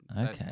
Okay